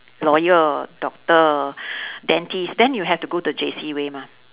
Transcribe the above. lawyer doctor dentist then you have to go the J_C way mah